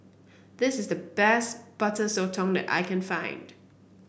this is the best Butter Sotong that I can find